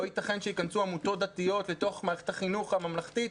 לא ייתכן שייכנסו עמותות דתיות אל תוך מערכת החינוך הממלכתית,